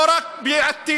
לא רק בעתיר,